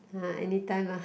ah anytime lah